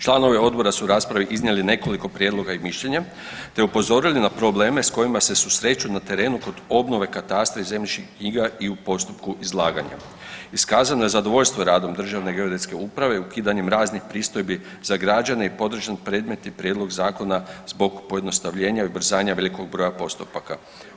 Članovi Odbora su raspravi iznijeli nekoliko prijedloga i mišljenja te upozorili na probleme s kojima se susreću na terenu kod obnove katastra i zemljišnih knjiga i u postupku izlaganja, iskazano je zadovoljstvo radom Državne geodetske uprave ukidanjem raznih pristojbi za građane i podržan predmetni prijedlog zakona zbog pojednostavljenja i ubrzavanja velikog broja postupaka.